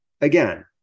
again